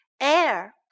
Air